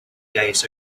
days